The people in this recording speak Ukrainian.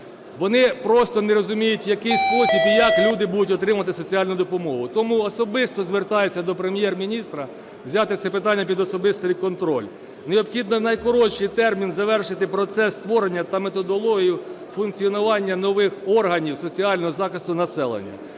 вони просто не розуміють, в який спосіб і як люди будуть отримувати соціальну допомогу. Тому особисто звертаюся до Прем'єр-міністра, взяти це питання під особистий контроль. Необхідно в найкоротший термін завершити процес створення та методологію функціонування нових органів соціального захисту населення.